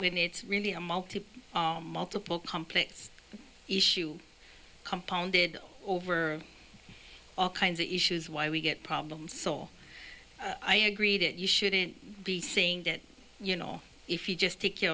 when it's really a multi multiple complex issue compounded over all kinds of issues why we get problems i agree that you shouldn't be saying that you know if you just take care